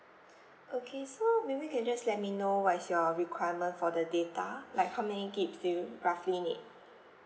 okay so maybe you can just let me know what's your requirement for the data like how many G_Bs do you roughly need